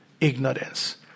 ignorance